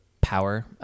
power